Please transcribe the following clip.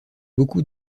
beaucoup